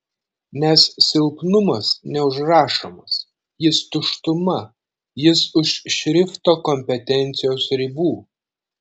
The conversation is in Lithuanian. nes silpnumas neužrašomas jis tuštuma jis už šrifto kompetencijos ribų